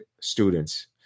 students